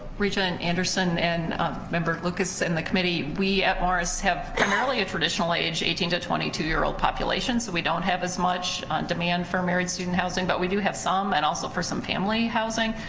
regent anderson and member lucas and the committee, we at morris have primarily a traditionally age eighteen to twenty two year old population, so we don't have as much demand for married student housing, but we do have some and also for some family housing,